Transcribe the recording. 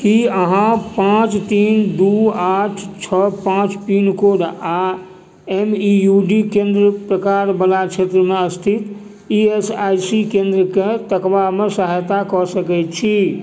की अहाँ पाँच तीन दू आठ छओ पाँच पिनकोड आ एम ई यू डी केंद्र प्रकारवला क्षेत्रमे स्थित ई एस आई सी केंद्रकेँ तकबामे सहायता कऽ सकैत छी